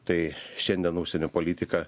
tai šiandien užsienio politiką